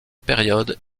période